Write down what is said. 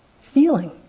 feeling